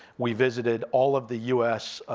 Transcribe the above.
we visited all of the u s.